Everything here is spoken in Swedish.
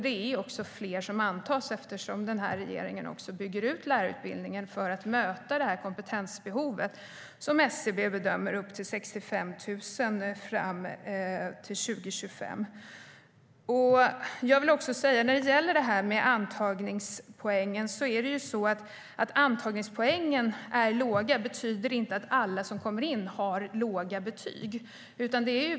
Det är också fler som antas eftersom den här regeringen bygger ut lärarutbildningen för att möta kompetensbehovet, som enligt vad SCB bedömer uppgår till 65 000 fram till 2025. När det gäller antagningspoängen vill jag säga att bara för att antagningspoängen är låga betyder det inte att alla som kommer in har låga betyg.